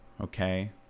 okay